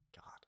God